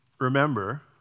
remember